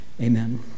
amen